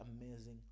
amazing